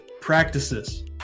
practices